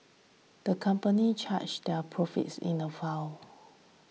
the company charted their profits in a fell